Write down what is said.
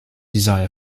desire